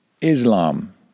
Islam